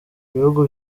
ibihugu